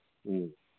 ꯎꯝ